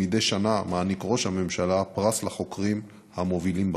ומדי שנה מעניק ראש הממשלה פרס לחוקרים המובילים בתחום.